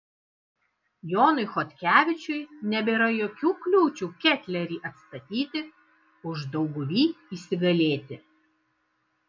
jonui chodkevičiui nebėra jokių kliūčių ketlerį atstatyti uždauguvy įsigalėti